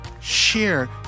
share